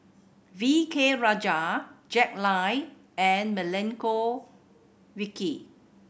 V K Rajah Jack Lai and Milenko Prvacki